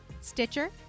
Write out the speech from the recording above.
Stitcher